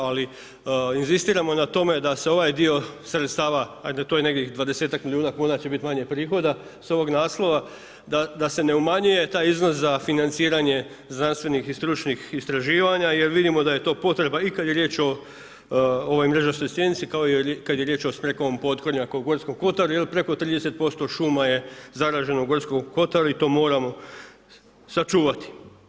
Ali inzistiramo na tome da se ovaj dio sredstava, to je nekih 20-ak milijuna kuna će biti manje prihoda s ovog naslova, da se ne umanjuje taj iznos za financiranje znanstvenih i stručnih istraživanja jer vidimo da je to potreba i kada je riječ o mrežastoj stjenici kao i kada je riječ o smrekovom potkornjaku u Gorskom kotaru jel preko 30% šuma je zaraženo u Gorskom kotaru i to moramo sačuvati.